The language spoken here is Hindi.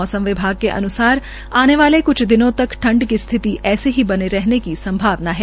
मौसम विभाग के अन्सार आने वाले क्छ दिनों तक ठंड की स्थिति ऐसे ही बने रहने की संभावना है